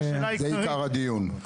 זה עיקר הדיון.